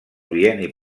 bienni